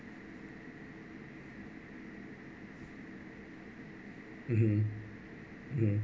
mmhmm mm